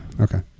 Okay